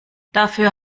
dafür